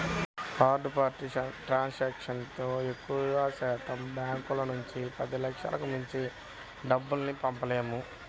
third party ట్రాన్సాక్షన్తో ఎక్కువశాతం బ్యాంకుల నుంచి పదిలక్షలకు మించి డబ్బుల్ని పంపలేము